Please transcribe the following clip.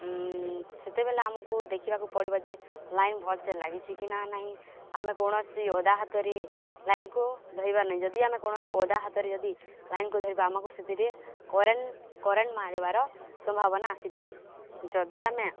ସେତେବେଲେ ଆମକୁ ଦେଖିବାକୁ ପଡ଼ିବ ଯେ ଲାଇନ୍ ଭଲ୍ସେ ଲାଗିଛି କି ନା ନାହିଁ ଆମେ କୌଣସି ଓଦା ହାତରେ ଲାଇନ୍କୁ ଧରିବା ନାହିଁ ଯଦି ଆମେ କୌଣସି ଓଦା ହାତରେ ଯଦି ଲାଇନ୍କୁ ଧରିବା ଆମକୁ ସେଥିରେ କରେଣ୍ଟ୍ କରେଣ୍ଟ୍ ମାରିବାର ସମ୍ଭାବନା ଆସିଥାଏ ଯଦି ଆମେ